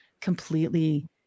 completely